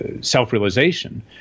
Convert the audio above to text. self-realization